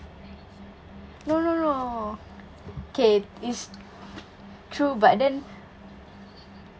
no no no okay it's true but then